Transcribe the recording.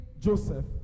Joseph